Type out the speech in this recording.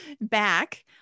back